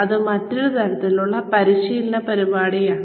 അത് മറ്റൊരു തരത്തിലുള്ള പരിശീലന പരിപാടിയാണ്